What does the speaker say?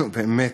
נו, באמת.